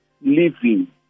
living